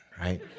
right